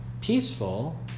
peaceful